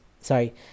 sorry